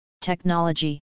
technology